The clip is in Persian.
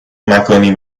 مکانی